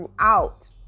throughout